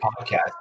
podcast